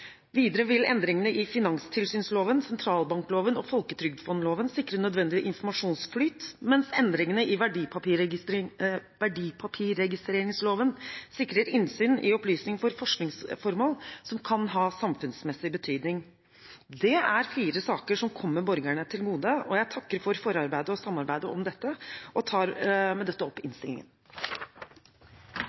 Videre vil endringene i finanstilsynsloven, sentralbankloven og folketrygdfondloven sikre nødvendig informasjonsflyt, mens endringene i verdipapirregistreringsloven sikrer innsyn i opplysninger for forskningsformål som kan ha samfunnsmessig betydning. Det er fire saker som kommer borgerne til gode. Jeg takker for forarbeidet og samarbeidet om dette og anbefaler med dette innstillingen.